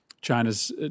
China's